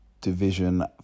Division